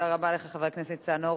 תודה רבה לך, חבר הכנסת ניצן הורוביץ.